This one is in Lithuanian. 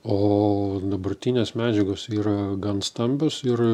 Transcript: o dabartinės medžiagos yra gan stambios ir